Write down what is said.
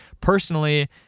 personally